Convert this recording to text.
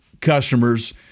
customers